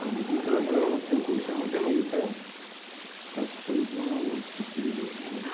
ଆଉ ବିକ୍ରି କଲା ପରେ ବି ମୋତେ ପଇସା ମଧ୍ୟ ମିଳିିଥାଏ ତାକୁ ପାଇକି ମୁଁ ବହୁତ ଖୁସିରେ ରହେ